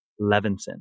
Levinson